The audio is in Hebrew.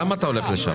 למה אתה הולך לשם?